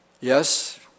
Yes